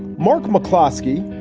mark mcclosky,